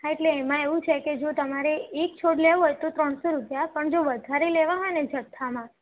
હા એટલે એમાં એવું છે કે જો તમારે એક છોડ લેવો હોય તો ત્રણસો રૂપિયા પણ જો વધારે લેવા હોય ને જથ્થામાં